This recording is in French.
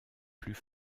plus